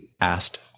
asked